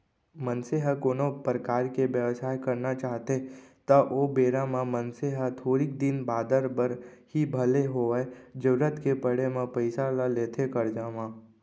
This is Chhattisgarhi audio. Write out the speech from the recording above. मनसे ह कोनो परकार के बेवसाय करना चाहथे त ओ बेरा म मनसे ह थोरिक दिन बादर बर ही भले होवय जरुरत के पड़े म पइसा ल लेथे करजा म